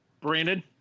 Brandon